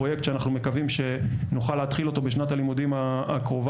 פרויקט שאנחנו מקווים שנוכל להתחיל אותו בשנת הלימודים הקרובה